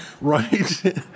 right